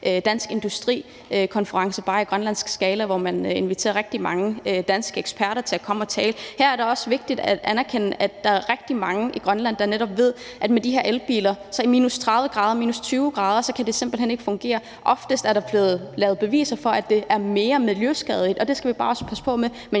Dansk Industri-konference, men bare i grønlandsk skala, hvor man inviterede rigtig mange danske eksperter til at komme og tale. Her er det også vigtigt at anerkende, at der er rigtig mange i Grønland, der netop ved, at de her elbiler simpelt hen ikke kan fungere i minus 30 grader eller minus 20 grader. Flere gange er det blevet bevist, at det er mere miljøskadeligt, og det skal vi bare også passe på med. Men